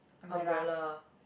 umbrella